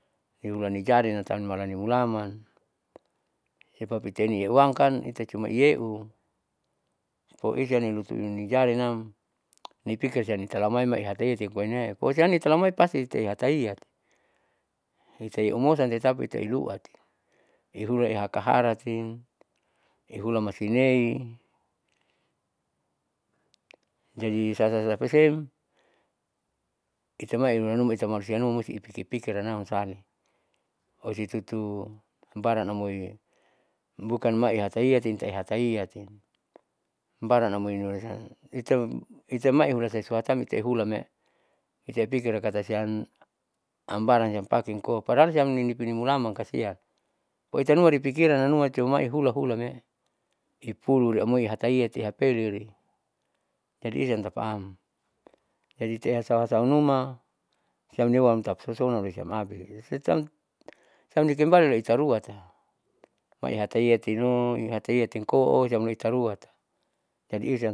Nihulani jaring atau malani mulaman sebab ita ini euwangkan ita cuma iyeu oisia lutuni jarinam nipikir siam nitalamai ihataeti koinee siam nitalami pasti itaii hataiati itai umosan tahu itai lu'ati irula ihakaratim ihula masinei. jaja sa sa tapasiam itamai irulanuma itamai iulanuma musti ipikir pikir namsali. ositutu baran amoi bukan maihataiati itai hataiati baran amoi nuhulasan ita ita mai sesuatam itai hulamee itai pikira katasiam ambaran siam pake koa. Padahal siam nipini mulaman kasiati, oitanuma ipikiran nanuma imai ihulahula me'e ipulu imaoi ihataiati ihapeleri. Jadi isaam tapaam jadi ite hasahasau numasiam mewam tapasosona siam abis siam nikembali loitaruata oihataiyati noihatai ihataitin koa siam ohitaruata jadi isiam.